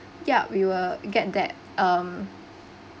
yup we will get that um